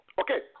okay